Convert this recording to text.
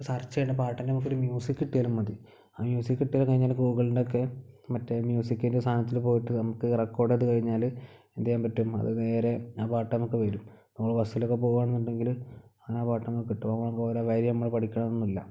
സെർച്ച ചെയ്യേണ്ട പാട്ട് നമുക്ക് ഒരു മ്യൂസിക് കിട്ടിയാലും മതി ആ മ്യൂസിക് കിട്ടിയാൽ കഴിഞ്ഞാൽ ഗൂഗിളിൻ്റെയൊക്കെ മറ്റെ മ്യൂസിക്കിൻ്റെ സാധനത്തിൽ പോയിട്ട് നമുക്ക് റെക്കോർഡ് ചെയ്തു കഴിഞ്ഞാൽ എന്തു ചെയ്യാൻ പറ്റും അത് നേരെ ആ പാട്ട് നമ്മൾക്ക് വരും നമ്മൾ ബസ്സിലൊക്കെ പോവുകയാണെന്നുങ്കിൽ ആ പാട്ട് നമുക്ക് കിട്ടും വരിമ്മള് പഠിക്കണന്നുല്ല